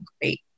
great